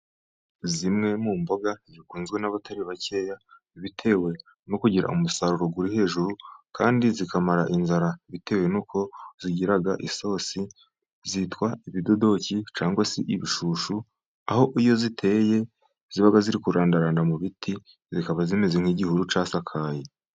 Zimwe mu mboga zikunzwe n'abatari bakeya, bitewe no kugira umusaruro uri hejuru, kandi zikamara inzara bitewe n'uko zigira isosi. Zitwa ibidodoki cyangwa se ibishushu. Aho iyo uziteye ziba ziri kurandaranda mu biti, zikaba zimeze nk'igihuru cyasakaye.